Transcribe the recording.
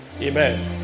Amen